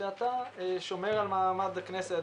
שאתה שומר על מעמד הכנסת